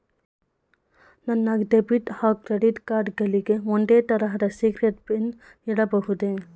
ನನ್ನ ಡೆಬಿಟ್ ಹಾಗೂ credit card ಗಳಿಗೆ ಒಂದೇ ತರಹದ ಸೀಕ್ರೇಟ್ ಪಿನ್ ಇಡಬಹುದೇ?